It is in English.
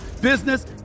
business